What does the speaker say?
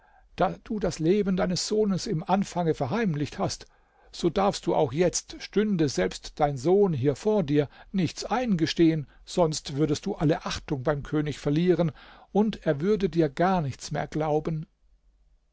da du das leben deines sohnes im anfange verheimlicht hast so darfst du auch jetzt stünde selbst dein sohn hier vor dir nichts eingestehen sonst würdest du alle achtung beim könig verlieren und er würde dir gar nichts mehr glauben